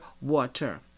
water